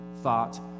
thought